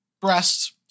breasts